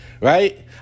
Right